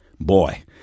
boy